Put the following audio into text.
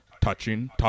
touching